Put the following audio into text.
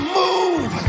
move